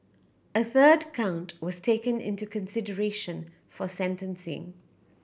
a third count was taken into consideration for sentencing